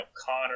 Connor